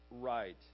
right